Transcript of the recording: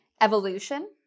evolution